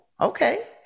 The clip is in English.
okay